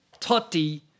Totti